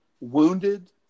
wounded